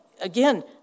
again